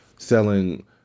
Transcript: selling